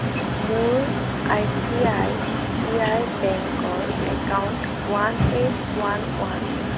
মোৰ I C I C I বেংকৰ account one eight one one